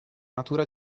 natura